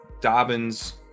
Dobbins